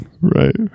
right